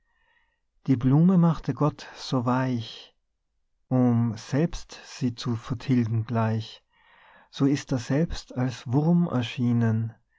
die blume machte gott so weich um selbst sie zu vertilgen gleich so ist er selbst als wurm erschienen